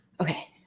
Okay